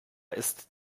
ist